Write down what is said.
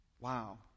Wow